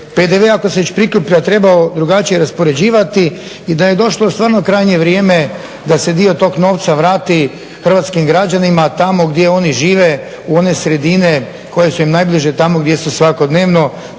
PDV ako se već prikuplja trebao drugačije raspoređivati i da je došlo stvarno krajnje vrijeme da se dio tog novca vrati hrvatskim građanima tamo gdje oni žive u one sredine koje su im najbliže tamo gdje su svakodnevno,